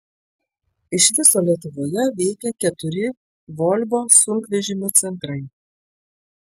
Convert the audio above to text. iš viso lietuvoje veikia keturi volvo sunkvežimių centrai